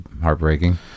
heartbreaking